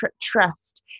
trust